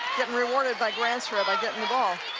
getting rewarded by granstra by getting the ball.